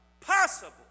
possible